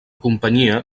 companyia